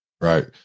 Right